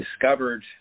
discovered